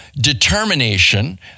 determination